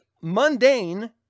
mundane